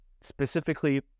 specifically